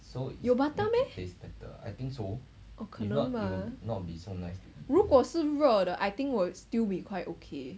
有 butter meh